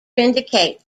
indicates